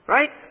Right